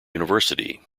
university